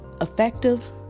effective